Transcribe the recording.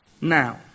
Now